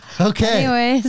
okay